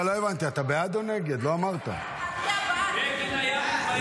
אז תצביע בעד החוק.